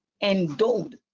endowed